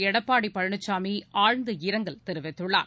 எடப்பாடிபழனிசாமிஆழ்ந்த இரங்கல் தெரிவித்துள்ளார்